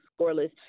scoreless